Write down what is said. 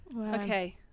Okay